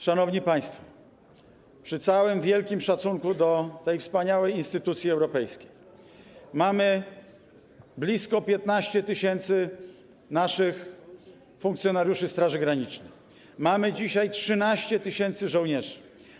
Szanowni państwo, przy całym wielkim szacunku dla tej wspaniałej instytucji europejskiej, mamy blisko 15 tys. naszych funkcjonariuszy Straży Granicznej, mamy dzisiaj 13 tys. żołnierzy.